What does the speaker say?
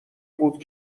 بود